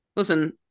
Listen